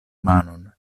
manon